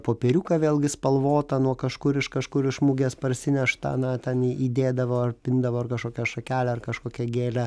popieriuką vėlgi spalvotą nuo kažkur iš kažkur iš mugės parsineštą na ten įdėdavo ar pindavo ar kažkokią šakelę ar kažkokią gėlę